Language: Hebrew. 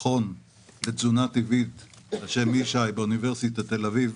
בעצם מה שאומרים כל מי שמתנגדים לדיאט, שדיאט